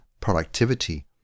productivity